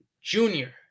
junior